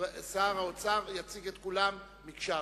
שר האוצר יציג את כולן כמקשה אחת.